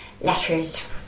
letters